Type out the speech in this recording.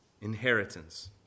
inheritance